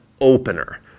opener